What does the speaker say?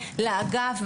לאגף,